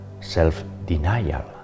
self-denial